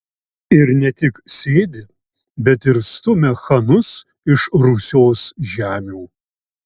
ir ne tik sėdi bet ir stumia chanus iš rusios žemių